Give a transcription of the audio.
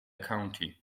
county